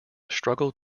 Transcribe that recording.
struggle